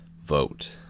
vote